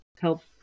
help